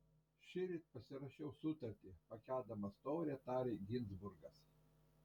šįryt pasirašiau sutartį pakeldamas taurę tarė ginzburgas